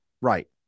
Right